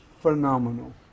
phenomenal